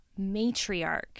matriarch